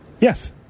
Yes